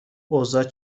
اوضاع